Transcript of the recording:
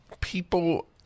people